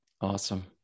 Awesome